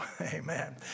Amen